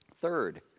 Third